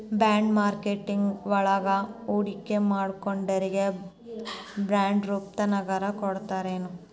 Bond marketing ವಳಗ ಹೂಡ್ಕಿಮಾಡ್ದೊರಿಗೆ ಬಾಂಡ್ರೂಪ್ದಾಗೆನರ ಕೊಡ್ತರೆನು?